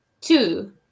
two